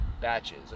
batches